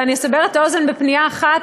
ואני אסבר את האוזן בפנייה אחת,